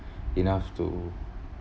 enough to